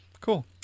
Cool